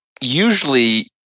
Usually